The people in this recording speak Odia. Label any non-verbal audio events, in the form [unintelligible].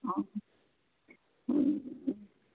[unintelligible]